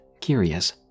curious